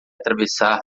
atravessar